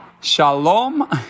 Shalom